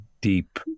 deep